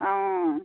অঁ